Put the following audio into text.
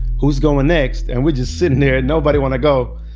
who's going next? and we're just sitting there and nobody want to go.